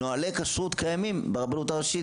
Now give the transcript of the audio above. נהלי כשרות קיימים ברבנות הראשית,